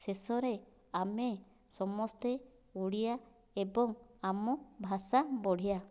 ଶେଷରେ ଆମେ ସମସ୍ତେ ଓଡ଼ିଆ ଏବଂ ଆମ ଭାଷା ବଢ଼ିଆ